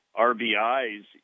RBIs